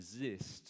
resist